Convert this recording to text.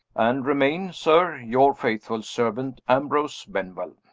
and remain, sir, your faithful servant, ambrose benwell.